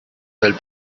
del